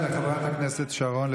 אתם שוביניסטים.